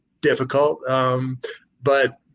difficult—but